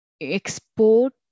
export